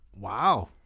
Wow